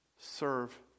Serve